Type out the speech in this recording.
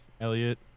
Elliot